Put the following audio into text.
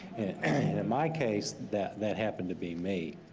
and my case that that happened to be me.